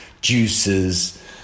juices